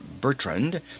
Bertrand—